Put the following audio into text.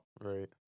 Right